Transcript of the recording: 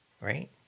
right